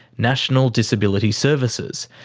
national disability services,